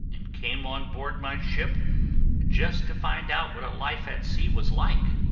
and came on board my ship just to find out what a life at sea was like,